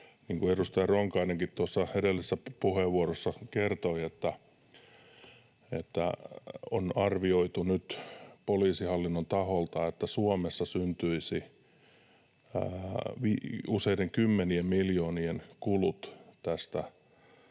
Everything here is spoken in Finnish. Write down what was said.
kuin edustaja Ronkainen tuossa edellisessä puheenvuorossa kertoi, on arvioitu poliisihallinnon taholta, että Suomessa syntyisi useiden kymmenien miljoonien kulut tästä,